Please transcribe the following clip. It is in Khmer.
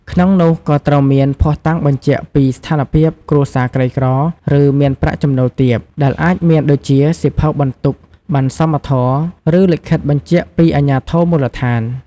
ក្នុងនោះក៍ត្រូវមាន ភស្តុតាងបញ្ជាក់ពីស្ថានភាពគ្រួសារក្រីក្រ ឬ មានប្រាក់ចំណូលទាប ដែលអាចមានដូចជា សៀវភៅបន្ទុក ប័ណ្ណសមធម៌ ឬ លិខិតបញ្ជាក់ពីអាជ្ញាធរមូលដ្ឋាន។